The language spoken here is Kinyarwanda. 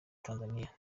tanzania